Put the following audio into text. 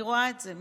אני רואה את זה.